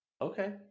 Okay